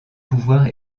pouvoirs